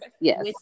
yes